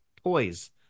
toys